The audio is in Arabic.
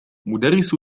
مدرس